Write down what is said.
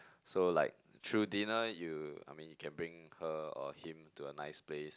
so like through dinner you I mean you can bring her or him to a nice place